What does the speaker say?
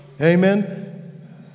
Amen